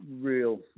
real